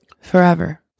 Forever